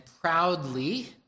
proudly